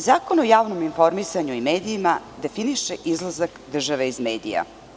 Zakon o javnom informisanju i medijima definiše izlazak države iz medija.